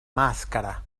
màscara